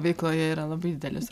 veikloje yra labai didelis